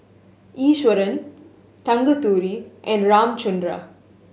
Iswaran Tanguturi and Ramchundra